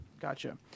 Gotcha